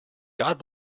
god